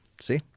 See